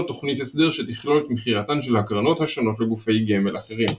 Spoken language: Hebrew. תוכנית הסדר שתכלול את מכירתן של הקרנות השונות לגופי גמל אחרים.